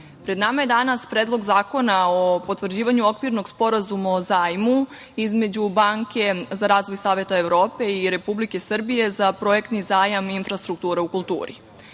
pred nama je danas Predlog zakona o potvrđivanju okvirnog Sporazuma o zajmu između Banke za razvoj Saveta Evrope i Republike Srbije za projektni zajam infrastrukture u kulturi. Na